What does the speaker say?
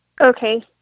okay